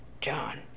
John